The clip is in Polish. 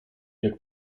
jak